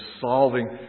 solving